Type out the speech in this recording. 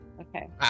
Okay